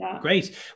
great